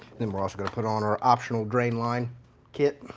then we're also going to put on our optional drain line kit.